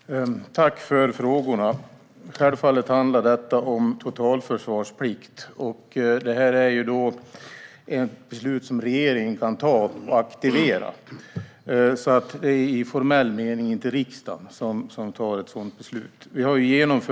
Fru talman! Tack för frågorna! Självfallet handlar detta om totalförsvarsplikt. Ett beslut om att aktivera totalförsvarsplikten är ett beslut som regeringen kan fatta. Det är i formell mening inte riksdagen som fattar ett sådant beslut.